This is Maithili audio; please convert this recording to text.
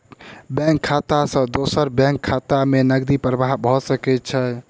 बैंक खाता सॅ दोसर बैंक खाता में नकदी प्रवाह भ सकै छै